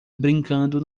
brincando